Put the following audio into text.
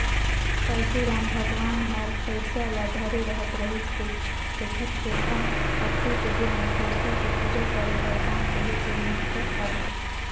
परसुराम भगवान हर फइरसा ल धरे रहत रिहिस तेखर सेंथा अक्ती के दिन मे फइरसा के पूजा करे अउ दान देहे के महत्ता हवे